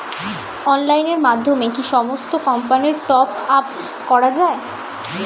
অনলাইনের মাধ্যমে কি সমস্ত কোম্পানির টপ আপ করা যায়?